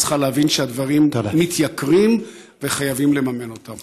המדינה צריכה להבין שהדברים מתייקרים וחייבים לממן אותם.